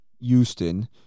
Houston